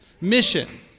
Mission